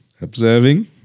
observing